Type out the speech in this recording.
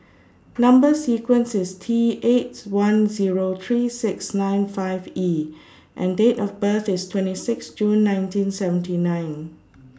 Number sequence IS T eight one Zero three six nine five E and Date of birth IS twenty six June nineteen seventy nine